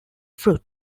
fruit